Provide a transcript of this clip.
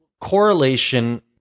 correlation